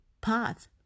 path